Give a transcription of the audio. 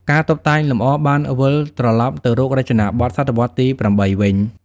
ការតុបតែងលម្អបានវិលត្រឡប់ទៅរករចនាបថសតវត្សរ៍ទី៨ វិញ។